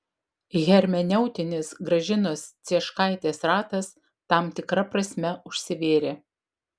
hermeneutinis gražinos cieškaitės ratas tam tikra prasme užsivėrė